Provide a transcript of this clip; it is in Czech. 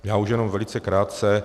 Já už jenom velice krátce.